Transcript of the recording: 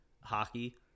hockey